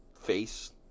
face